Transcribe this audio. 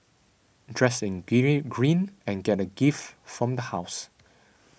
dress in green and get a gift from the house